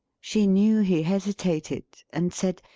she knew he hesitated, and said,